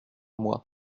moi